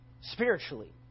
spiritually